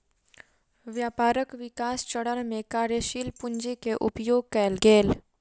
व्यापारक विकास चरण में कार्यशील पूंजी के उपयोग कएल गेल